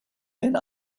been